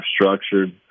structured